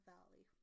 Valley